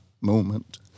moment